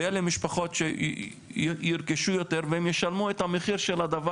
הם ירכשו יותר וישלמו את המחיר של זה.